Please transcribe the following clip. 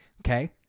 Okay